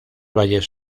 valles